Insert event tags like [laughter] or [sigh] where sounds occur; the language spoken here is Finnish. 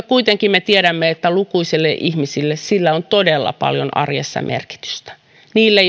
[unintelligible] kuitenkin me tiedämme että lukuisille ihmisille sillä on todella paljon arjessa merkitystä niille [unintelligible]